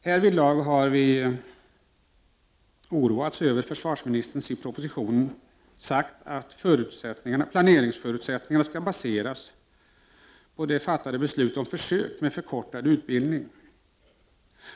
Härvidlag har vi oroats över att försvarsministern i propositionen sagt att planeringsförutsättningarna skall baseras på det fattade beslutet om försök med förkortad utbildning.